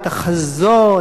את החזון,